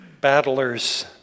battlers